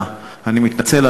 אני מתנצל,